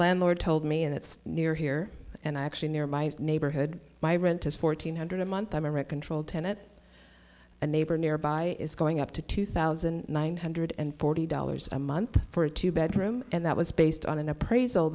landlord told me and it's near here and i actually near my neighborhood my rent is fourteen hundred a month i'm a wreck controlled tenet a neighbor nearby is going up to two thousand nine hundred and forty dollars a month for a two bedroom and that was based on an appraisal